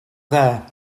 there